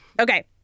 Okay